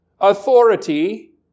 authority